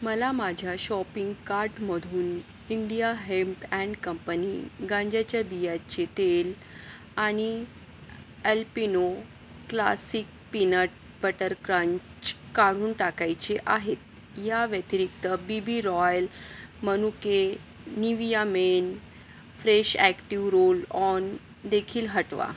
मला माझ्या शॉपिंग कार्टमधून इंडिया हेम्प अँड कंपनी गांज्याच्या बियाचे तेल आणि Alpino classic peanut butter crunch काढून टाकायचे आहेत या व्यतिरिक्त बीबी रॉयल मनुके Nivea men fresh active roll ऑनदेखील हटवा